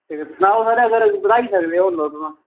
ते सनाओ सर अगर बधाई सकदे ओ तुस तां